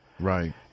Right